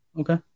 Okay